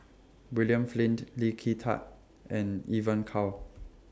William Flint Lee Kin Tat and Evon Kow